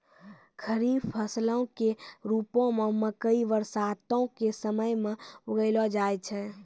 खरीफ फसलो के रुपो मे मकइ बरसातो के समय मे उगैलो जाय छै